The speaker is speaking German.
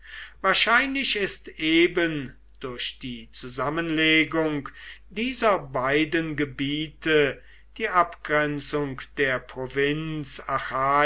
wahrscheinlich ist eben durch die zusammenlegung dieser beiden gebiete die abgrenzung der provinz